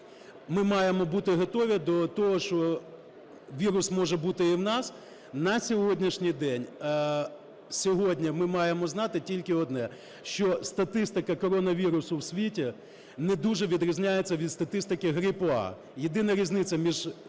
ми маємо бути готові до того, що вірус може бути і у нас. На сьогоднішній день сьогодні ми маємо знати тільки одне, що статистика коронавірусу в світі не дуже відрізняється від статистики грипу А. Єдина різниця між